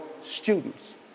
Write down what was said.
students